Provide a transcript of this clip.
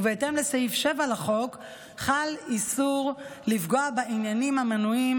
ובהתאם לסעיף 7 לחוק חל איסור לפגוע בעניינים המנויים